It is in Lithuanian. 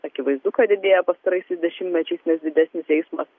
akivaizdu kad didėja pastaraisiais dešimtmečiais nes didesnis eismas